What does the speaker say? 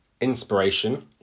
inspiration